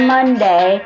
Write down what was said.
Monday